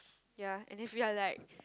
ya and if we are like